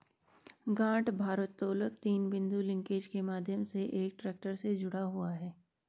गांठ भारोत्तोलक तीन बिंदु लिंकेज के माध्यम से एक ट्रैक्टर से जुड़ा हुआ है